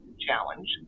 challenge